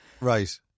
Right